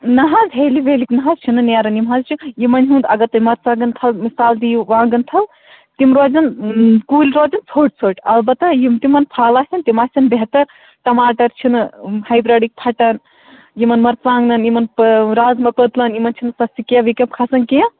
نہ حظ ہٮ۪لہِ وٮ۪لہِ نہٕ حظ چھِنہٕ نیران یِم حظ چھِ یِمَن ہُنٛد اگر تُہۍ مرژٕوانٛگَن تھل مِثال دِیِو وانٛگَن تھل تِم روزن کُلۍ روزن ژھوٚٹۍ ژھوٚٹۍ البتہ یِم تِمَن پھل آسن تِم آسن بہتر ٹماٹَر چھِنہٕ ہایبِرٛڈٕکۍ پھَٹَن یِمَن مَرژٕوانٛگَنَن یِمَن رازما پٔتلَن یِمَن چھِنہٕ سۄ سِکیب وِکیب کھَسان کیٚنہہ